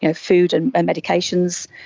and food and and medications,